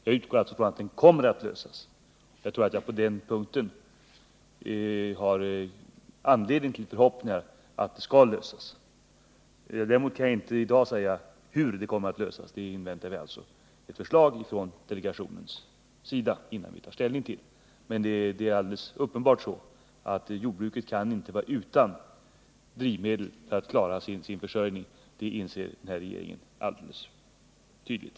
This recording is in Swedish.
Jag utgår alltså från att den kommer att lösas, och jag tror att vi på den punkten har anledning att hysa förhoppningar att så skall ske. Däremot kan jag inte i dag säga hur problemen kommer att lösas. Vi inväntar ett förslag från delegationens sida innan vi tar ställning. Det är alldeles uppenbart att jordbruket inte kan vara utan drivmedel — det inser regeringen alldeles tydligt.